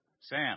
Sam